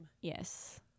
yes